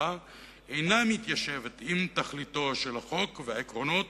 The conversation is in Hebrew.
אינה מתיישבת עם תכליתו של החוק ועם העקרונות